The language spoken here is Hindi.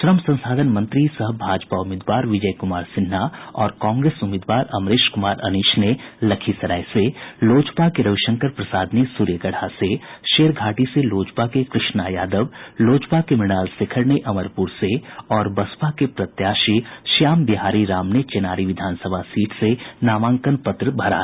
श्रम संसाधन मंत्री सह भाजपा उम्मीदवार विजय कुमार सिन्हा और कांग्रेस उम्मीदवार अमरेश कुमार अनिश ने लखीसराय से लोजपा के रविशंकर प्रसाद ने सूर्यगढ़ा से शेरघाटी से लोजपा के कृष्णा यादव लोजपा के मृणाल शेखर ने अमरपुर से और बसपा के प्रत्याशी श्याम बिहारी राम ने चेनारी विधानसभा सीट से नामांकन दाखिल किया